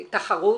תחרות,